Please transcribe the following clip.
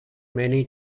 many